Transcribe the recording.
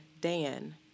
Dan